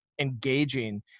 engaging